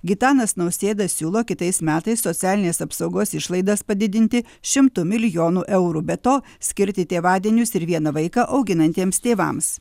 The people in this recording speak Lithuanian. gitanas nausėda siūlo kitais metais socialinės apsaugos išlaidas padidinti šimtu milijonų eurų be to skirti tėvadienius ir vieną vaiką auginantiems tėvams